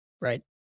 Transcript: Right